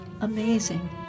amazing